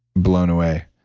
blown away.